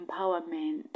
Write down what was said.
empowerment